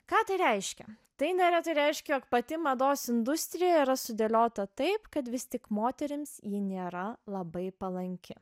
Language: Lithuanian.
ką tai reiškia tai neretai reiškia jog pati mados industrija yra sudėliota taip kad vis tik moterims ji nėra labai palanki